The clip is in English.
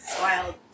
wild